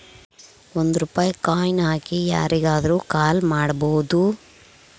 ಒಂದ್ ರೂಪಾಯಿ ಕಾಯಿನ್ ಹಾಕಿ ಯಾರಿಗಾದ್ರೂ ಕಾಲ್ ಮಾಡ್ಬೋದು